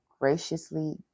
graciously